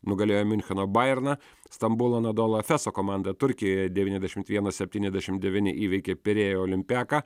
nugalėjo miuncheno bajerną stambulo anadolo efeso komanda turkijoje devyniasdešimt vienas septyniasdešimt devyni įveikė pirėjo olympiaką